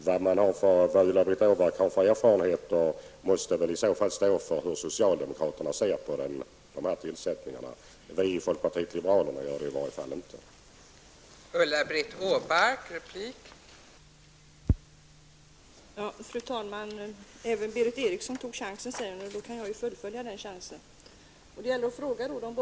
De erfarenheter som Ulla-Britt Åbark har måste i så fall avse hur socialdemokraterna ser på dessa tillsättningar. Vi i folkpartiet liberalerna har i varje fall inte den inställningen.